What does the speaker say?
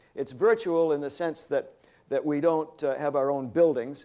it's virtual in the sense that that we don't have our own buildings